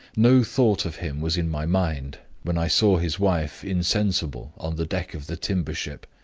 no thought of him was in my mind, when i saw his wife insensible on the deck of the timber-ship.